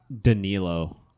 Danilo